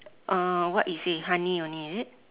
uh what it say honey only is it